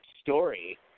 story